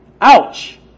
ouch